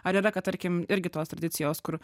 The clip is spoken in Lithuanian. ar yra kad tarkim irgi tos tradicijos kur